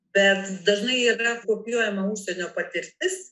bet dažnai yra publikuojama užsienio patirtis